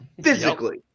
Physically